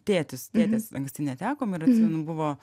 tėtis tėtis anksti netekom ir atsimenu buvo